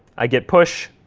i git push.